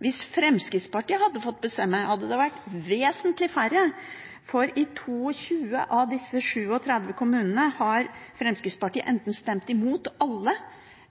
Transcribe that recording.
Hvis Fremskrittspartiet hadde fått bestemme, hadde det vært vesentlig færre, for i 22 av disse 37 kommunene har Fremskrittspartiet enten stemt imot alle